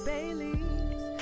Bailey's